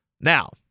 Now